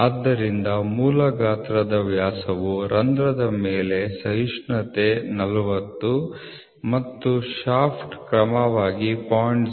ಆದ್ದರಿಂದ ಮೂಲ ಗಾತ್ರದ ವ್ಯಾಸವು ರಂಧ್ರದ ಮೇಲೆ ಸಹಿಷ್ಣುತೆ 40 ಮತ್ತು ಶಾಫ್ಟ್ ಕ್ರಮವಾಗಿ 0